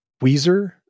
Weezer